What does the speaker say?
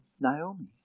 Naomi